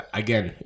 again